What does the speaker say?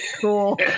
cool